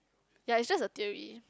ya is just a theory